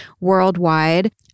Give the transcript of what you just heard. worldwide